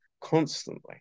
constantly